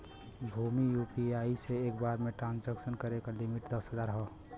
Bhim UPI से एक बार में ट्रांसक्शन करे क लिमिट दस हजार हौ